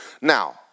Now